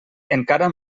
encara